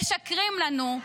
משקרים לנו.